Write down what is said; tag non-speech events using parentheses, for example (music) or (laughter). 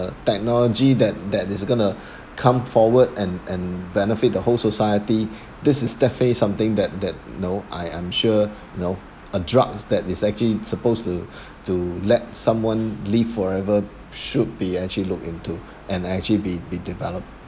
technology that that is going to (breath) come forward and and benefit the whole society this is definitely something that that you know I I'm sure you know a drugs that is actually supposed to (breath) to let someone live forever should be actually looked into and actually be be developed